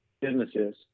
businesses